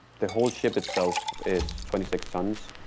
the whole ship itself is twenty six tons.